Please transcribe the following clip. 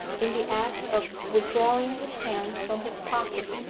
in the act of withdrawing his hand from his pocket,